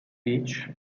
beach